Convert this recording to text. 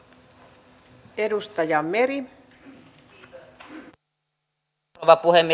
arvoisa rouva puhemies